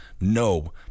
no